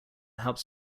helps